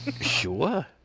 Sure